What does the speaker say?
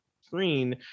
screen